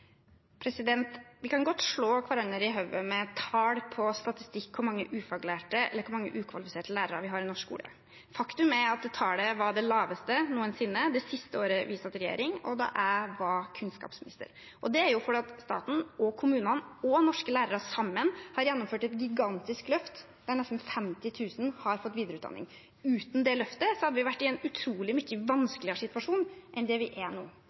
Vi kan godt slå hverandre i hodet med tall og statistikk over hvor mange ukvalifiserte lærere vi har i norsk skole. Faktum er at tallet var det laveste noensinne det siste året vi satt i regjering, og da jeg var kunnskapsminister. Det er jo fordi staten og kommunene og norske lærere sammen har gjennomført et gigantisk løft der nesten 50 000 har fått videreutdanning. Uten det løftet hadde vi vært i en utrolig mye vanskeligere situasjon enn vi er nå.